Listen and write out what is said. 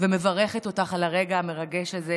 ומברכת אותך על הרגע המרגש הזה,